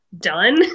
done